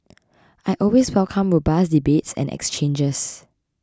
I always welcome robust debates and exchanges